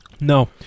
No